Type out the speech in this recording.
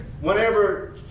whenever